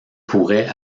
pourrait